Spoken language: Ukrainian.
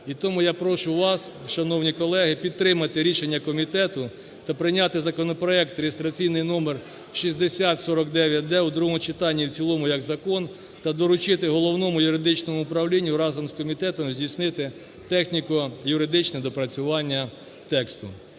і тому я прошу вас, шановні колеги, підтримати рішення комітету та прийняти законопроект реєстраційний номер 6049-д у другому читанні і в цілому як закон та доручити Головному юридичному управлінню разом з комітетом здійснити техніко-юридичне доопрацювання тексту.